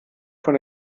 von